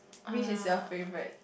which is your favourite